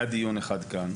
היה דיון אחד כאן.